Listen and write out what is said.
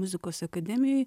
muzikos akademijoj